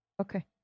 Okay